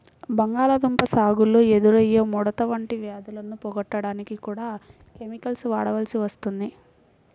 బంగాళాదుంప సాగులో ఎదురయ్యే ముడత వంటి వ్యాధులను పోగొట్టడానికి కూడా కెమికల్స్ వాడాల్సి వస్తుంది